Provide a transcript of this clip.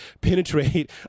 penetrate